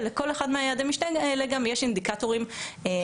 ולכל אחד מיעדי המשנה האלה יש גם אינדיקטורים מדידים.